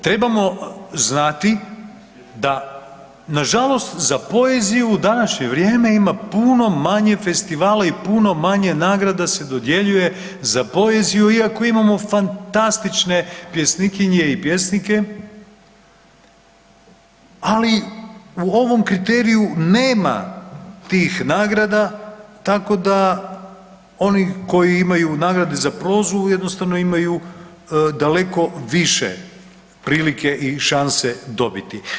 Trebamo znati da nažalost za poeziju u današnje vrijeme ima puno manje festivala i puno manje nagrada se dodjeljuje za poeziju iako imamo fantastične pjesnikinje i pjesnike, ali u ovom kriteriju nema tih nagrada, tako da oni koji imaju nagrade za prozu, jednostavno imaju daleko više prilike i šanse dobiti.